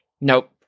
Nope